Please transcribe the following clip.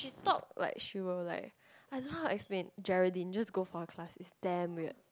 talk like she will like I don't know how to explain Geraldine just go for her class it's damn weird